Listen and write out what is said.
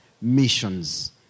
Missions